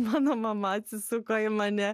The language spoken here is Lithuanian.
mano mama atsisuko į mane